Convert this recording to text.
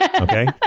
Okay